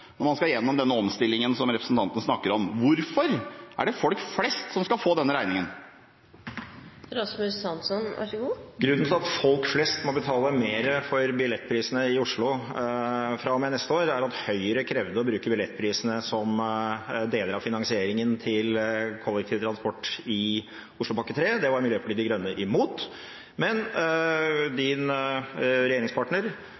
når man skal gjennom den omstillingen som representanten snakker om. Hvorfor er det folk flest som skal få denne regningen? Grunnen til at folk flest må betale mer for billettprisene i Oslo fra og med neste år, er at Høyre krevde å bruke billettprisene som en del av finansieringen av kollektivtransport i Oslopakke 3. Det var Miljøpartiet De Grønne imot.